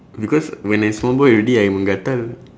because when I small boy already I menggatal